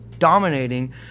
Dominating